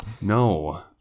No